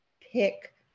pick